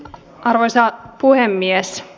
arvoisa puhemies